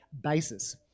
basis